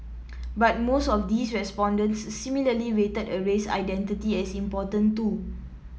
but most of these respondents similarly rated a race identity as important too